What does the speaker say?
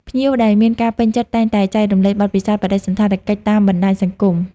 ភ្ញៀវដែលមានការពេញចិត្តតែងតែចែករំលែកបទពិសោធន៍បដិសណ្ឋារកិច្ចតាមបណ្តាញសង្គម។